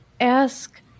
ask